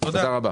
תודה.